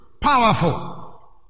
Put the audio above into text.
Powerful